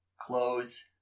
close